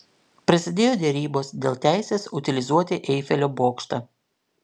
prasidėjo derybos dėl teisės utilizuoti eifelio bokštą